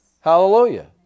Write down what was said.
Hallelujah